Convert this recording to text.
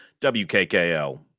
WKKL